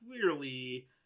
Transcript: clearly